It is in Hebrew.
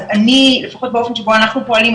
אז אני לפחות באופן שבו אנחנו פועלים,